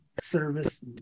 service